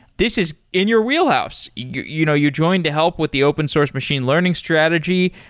this is in your wheelhouse. you you know you joined to help with the open source machine learning strategy.